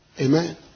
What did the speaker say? Amen